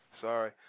Sorry